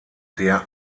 der